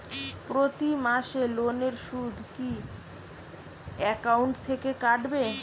প্রতি মাসে লোনের সুদ কি একাউন্ট থেকে কাটবে?